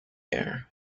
air